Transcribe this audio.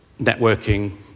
networking